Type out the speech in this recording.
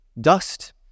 dust